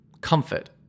comfort